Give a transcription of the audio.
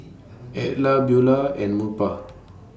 Edla Beulah and Murphy